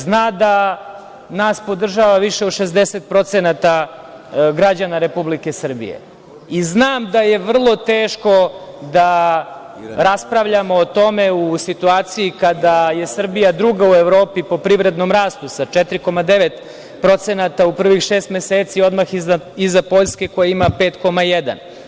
Zna da nas podržava više od 60% građana Republike Srbije i znam da je vrlo teško da raspravljamo o tome u situaciji kada je Srbija druga u Evropi po privrednom rastu sa 4,9% u prvih šest meseci odmah iza Poljske koja ima 5,1%